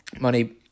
money